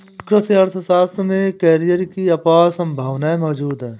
कृषि अर्थशास्त्र में करियर की अपार संभावनाएं मौजूद है